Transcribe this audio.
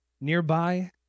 Nearby